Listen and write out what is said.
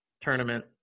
tournament